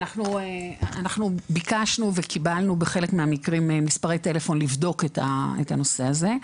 אנחנו ביקשנו וקיבלנו בחלק מהמקרים מספרי טלפון לבדוק את הנושא הזה.